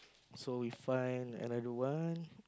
so we find another one